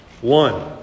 one